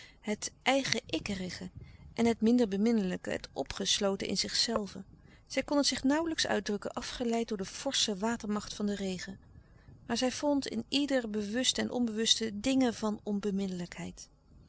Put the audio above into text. het eigen ikkerige en het minder beminnelijke het opgesloten in zichzelven zij kon het zich nauwlijks uitdrukken afgeleid door de forsche watermacht van den regen maar zij vond in ieder bewuste en onbewuste dingen van